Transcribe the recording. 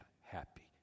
happy